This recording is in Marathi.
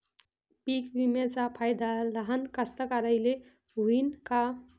पीक विम्याचा फायदा लहान कास्तकाराइले होईन का?